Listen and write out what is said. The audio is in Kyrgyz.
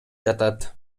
жатат